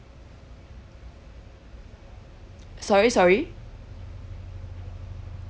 sorry sorry